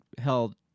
held